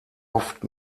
oft